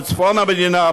בצפון המדינה,